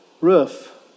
roof